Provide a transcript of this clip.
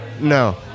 No